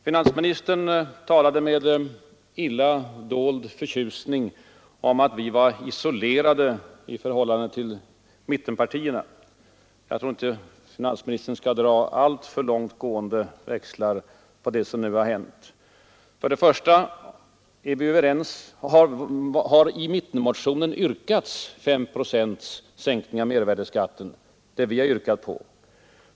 Finansministern talade med illa dold förtjusning om att vi var ”isolerade” i förhållande till mittenpartierna. Jag tror inte finansministern skall dra alltför långt gående växlar på det som nu har hänt. För det första har i mittenmotionen yrkats 5 procents sänkning av mervärdeskatten, något som också vi har yrkat på.